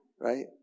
Right